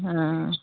हाँ